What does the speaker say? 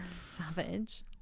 Savage